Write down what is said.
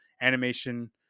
animation